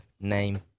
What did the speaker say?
name